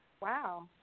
Wow